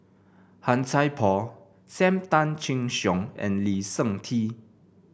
Han Sai Por Sam Tan Chin Siong and Lee Seng Tee